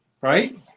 right